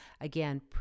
again